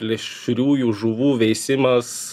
plėšriųjų žuvų veisimas